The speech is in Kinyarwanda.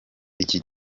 iki